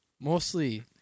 Mostly